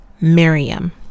Miriam